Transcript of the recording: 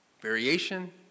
Variation